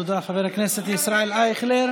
תודה, חבר הכנסת ישראל אייכלר.